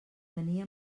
tenia